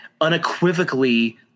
unequivocally